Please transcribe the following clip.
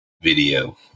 video